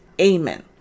amen